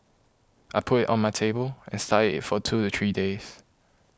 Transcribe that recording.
I put it on my table and studied it for two to three days